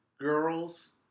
girls